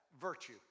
virtue